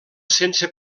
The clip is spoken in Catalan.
sense